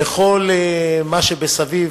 וכל מה שמסביב,